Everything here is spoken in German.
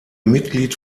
mitglied